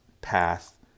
path